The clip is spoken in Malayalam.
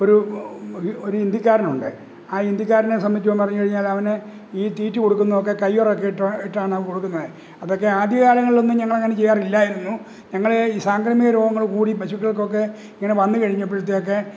ഒരു ഒരു ഹിന്ദിക്കാരനുണ്ട് ആ ഹിന്ദിക്കാരനെ സംബന്ധിച്ച് പറഞ്ഞുകഴിഞ്ഞാലവനെ ഈ തീറ്റി കൊടുക്കുന്നതൊക്കെ കയ്യൊറയൊക്കെ ഇട്ടാണ് ഇട്ടാണവന് കൊടുക്കുന്നത് അതൊക്കെ ആദ്യകാലങ്ങളിലൊന്നും ഞങ്ങളങ്ങനെ ചെയ്യാറില്ലായിരുന്നു ഞങ്ങള് ഈ സാംക്രമികരോഗങ്ങൾ കൂടി പശുക്കൾക്കൊക്കെ ഇങ്ങനെ വന്ന് കഴിഞ്ഞപ്പോഴത്തേക്ക്